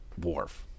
Worf